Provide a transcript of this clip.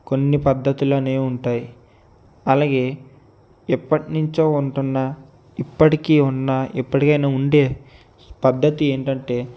కొన్ని పద్ధతులు అనేవి ఉంటాయి అలాగే ఎప్పటినించో ఉంటున్న ఇప్పటికి ఉన్న ఎప్పటికైన ఉండే పద్ధతి ఏంటంటే